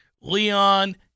Leon